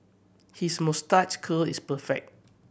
his moustache curl is perfect